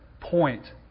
point